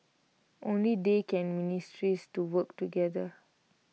only they can ministries to work together